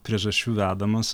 priežasčių vedamas